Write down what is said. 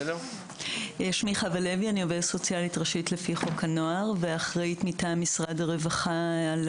אני עובדת סוציאלית ראשית לפי חוק הנוער ואחראית מטעם משרד הרווחה על